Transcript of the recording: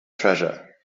treasure